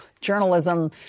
journalism